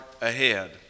ahead